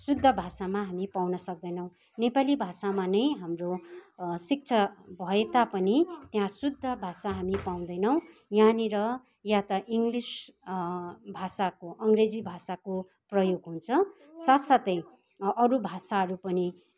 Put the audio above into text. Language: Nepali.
शुद्ध भाषामा हामी पाउन सक्दैनौँ नेपाली भाषामा नै हाम्रो शिक्षा भए तापनि त्यहाँ शुद्ध भाषा हामी पाउँदैनौँ यहाँनिर या त इङ्ग्लिस भाषाको अङ्ग्रेजी भाषाको प्रयोग हुन्छ साथ साथै अरू भाषाहरू पनि